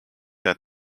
der